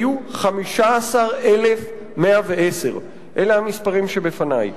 היו 15,110. אלה המספרים שבפני.